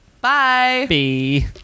Bye